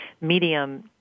medium